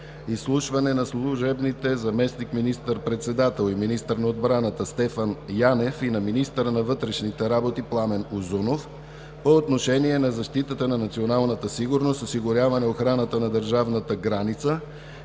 „Изслушване на служебните заместник министър председател и министър на отбраната Стефан Янев и на министъра на вътрешните работи Пламен Узунов по отношение на защита на националната сигурност, осигуряване охраната на държавната граница,